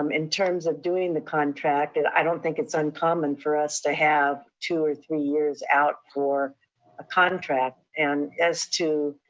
um in terms of doing the contract, and i don't think it's uncommon for us to have two or three years out for a contract. and as to